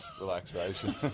relaxation